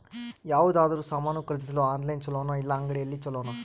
ಯಾವುದಾದರೂ ಸಾಮಾನು ಖರೇದಿಸಲು ಆನ್ಲೈನ್ ಛೊಲೊನಾ ಇಲ್ಲ ಅಂಗಡಿಯಲ್ಲಿ ಛೊಲೊನಾ?